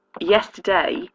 Yesterday